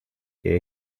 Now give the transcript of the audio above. que